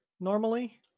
normally